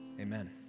Amen